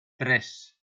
tres